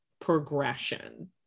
progression